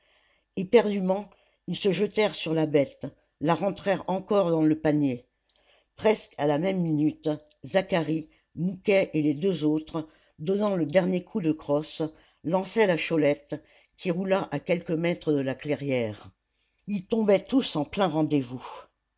éperdument ils se jetèrent sur la bête la rentrèrent encore dans le panier presque à la même minute zacharie mouquet et les deux autres donnant le dernier coup de crosse lançaient la cholette qui roula à quelques mètres de la clairière ils tombaient tous en plein rendez-vous